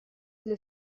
для